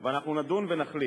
ואנחנו נדון ונחליט.